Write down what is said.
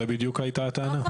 זו בדיוק הייתה הטענה.